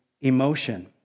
emotion